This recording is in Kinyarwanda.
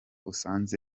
usanze